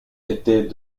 était